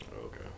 Okay